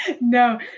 no